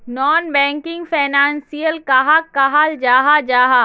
Non banking financial कहाक कहाल जाहा जाहा?